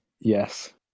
Yes